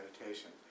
meditation